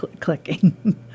clicking